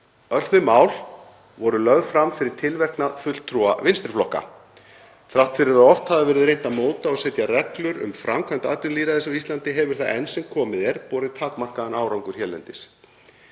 þau mál voru lögð fram fyrir tilverknað fulltrúa vinstri flokka. Þrátt fyrir að oft hafi verið reynt að móta og setja reglur um framkvæmd atvinnulýðræðis á Íslandi hefur það enn sem komið er borið takmarkaðan árangur hérlendis.